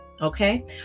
Okay